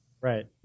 right